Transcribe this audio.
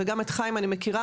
וגם את חיים אני מכירה,